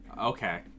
okay